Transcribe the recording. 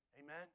Amen